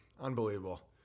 Unbelievable